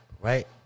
Right